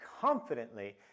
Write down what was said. confidently